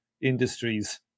industries